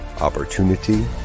opportunity